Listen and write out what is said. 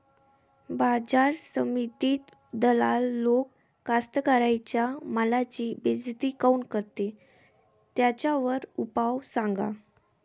बाजार समितीत दलाल लोक कास्ताकाराच्या मालाची बेइज्जती काऊन करते? त्याच्यावर उपाव सांगा